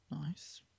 nice